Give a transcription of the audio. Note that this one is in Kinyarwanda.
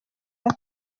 iya